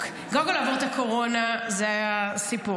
קודם כול, לעבור את הקורונה, זה היה סיפור.